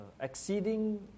exceeding